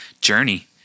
journey